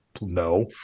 no